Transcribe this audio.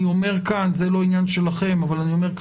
אני אומר כאן בוועדה זה לא עניין שלכם - שיתקיים